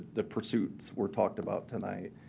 the pursuits were talked about tonight.